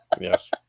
Yes